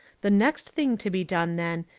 the next thing to be done, then,